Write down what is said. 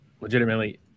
legitimately